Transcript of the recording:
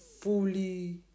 fully